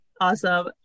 awesome